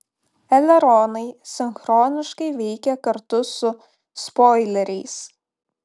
eleronai sinchroniškai veikia kartu su spoileriais